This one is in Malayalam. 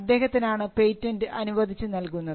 അദ്ദേഹത്തിനാണ് പേറ്റന്റ് അനുവദിച്ചു നൽകുന്നത്